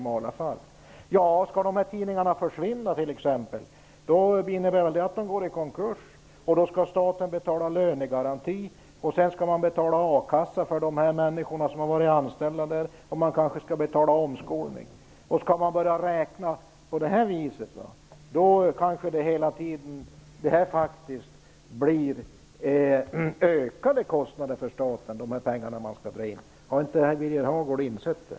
Men om tidningarna skall försvinna innebär det att de går i konkurs, och då skall staten betala lönegaranti, a-kassa och kanske omskolning av dem som varit anställda. Om man räknar på det sättet blir det kanske ökade kostnader för staten i stället. Har inte Birger Hagård insett det?